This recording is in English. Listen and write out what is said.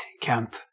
camp